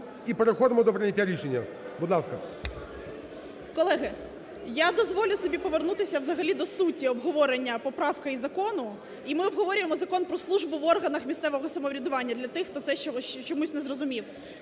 і переходимо до прийняття рішення, будь ласка 17:34:04 ШКРУМ А.І. Колеги, я дозволю собі повернутися взагалі до суті обговорення поправки і закону. І ми обговорюємо Закон про службу в органах місцевого самоврядування для тих, хто це ще чомусь не зрозумів.